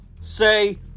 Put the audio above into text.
say